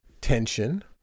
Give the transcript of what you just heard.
tension